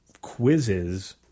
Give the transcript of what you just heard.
quizzes